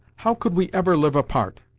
how could we ever live apart?